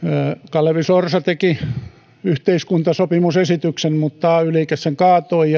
kalevi sorsa teki yhteiskuntasopimusesityksen mutta ay liike sen kaatoi